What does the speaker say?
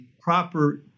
proper